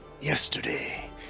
yesterday